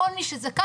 כל מי שזכאי,